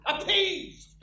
appeased